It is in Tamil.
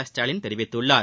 ஸ்டாலின் தெரிவித்துள்ளார்